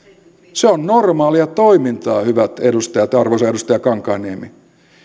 se on normaalia toimintaa hyvät edustajat ja arvoisa edustaja kankaanniemi